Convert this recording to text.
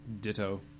Ditto